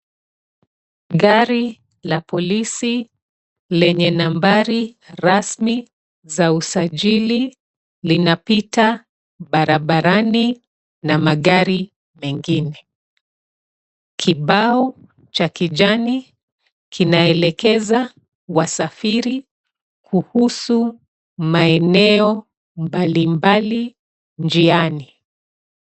Gari la polisi lenye nabari rasmi za usajili linapita barabarani na magari mengine. Kibao cha kijani kinaelekeza wasafiri kuhusu maeneo mbalimbali njiani.